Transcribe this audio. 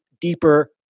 deeper